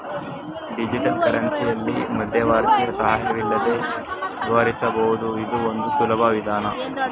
digital ಕರೆನ್ಸಿಯಲ್ಲಿ ಮಧ್ಯವರ್ತಿಯ ಸಹಾಯವಿಲ್ಲದೆ ವಿವರಿಸಬಹುದು ಇದು ಒಂದು ಸುಲಭ ವಿಧಾನ